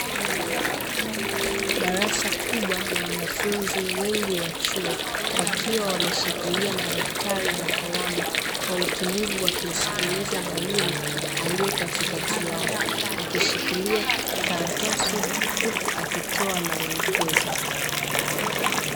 Darasa kubwa la wanafunzi wengi wa chuo wakiwa wameshikilia madaftari na kalamu kwa utulivu wakimsikiliza mwalimu aliye katikati yao akishikilia karatasi huku akitoa maelezo.